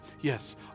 Yes